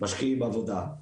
משקיעים עבודה.